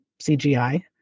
CGI